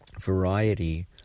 variety